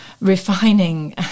refining